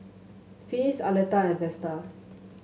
Finis Aleta and Vesta